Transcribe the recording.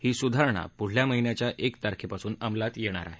ही सुधारणा पुढल्या महिन्याच्या एक तारखेपासून अंमलात येणार आहे